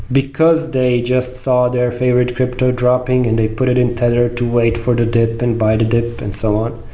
because they just saw their favorite crypto dropping and they put it in tether to wait for the deadpan by the deadpan and so on.